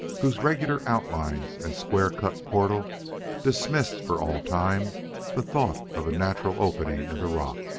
whose regular outlines and square-cut portal dismissed for all time the thought of a natural opening in the rock.